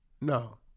No